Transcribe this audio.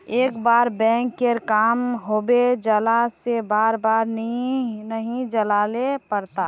एक बार बैंक के काम होबे जाला से बार बार नहीं जाइले पड़ता?